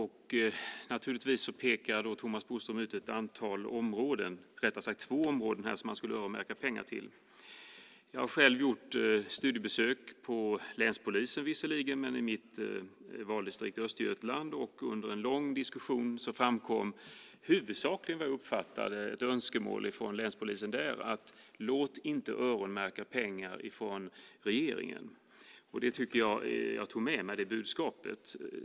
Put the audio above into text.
Thomas Bodström pekar ut ett antal områden - rättare sagt två - som man skulle öronmärka pengar till. Jag har själv gjort studiebesök - hos länspolisen visserligen - i mitt valdistrikt Östergötland. Under en lång diskussion framkom huvudsakligen, som jag uppfattade det, ett önskemål från länspolisen där: Låt inte öronmärka pengar från regeringen! Jag tog med mig det budskapet.